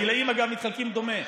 הגילים, אגב, מתחלקים דומה.